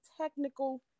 technical